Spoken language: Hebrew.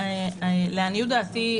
לעניות דעתי,